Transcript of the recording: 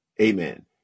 Amen